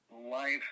life